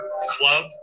club